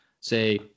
say